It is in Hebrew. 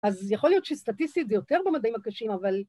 ‫אז יכול להיות שסטטיסטית ‫זה יותר במדעים הקשים, אבל...